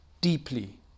deeply